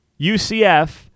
UCF